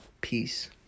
peace